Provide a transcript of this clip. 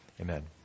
amen